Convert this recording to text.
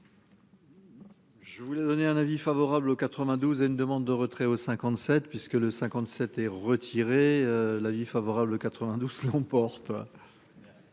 Je voulais donner un avis favorable au 92 une demande de retrait au 57 puisque le 57 et retirer l'avis favorable 92 emporte.